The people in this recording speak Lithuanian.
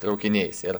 traukiniais ir